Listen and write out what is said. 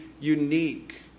unique